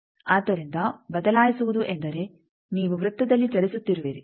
ಆದ್ದರಿಂದ ಬದಲಾಯಿಸುವುದು ಎಂದರೆ ನೀವು ವೃತ್ತದಲ್ಲಿ ಚಲಿಸುತ್ತಿರುವಿರಿ